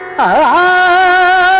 aa